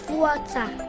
water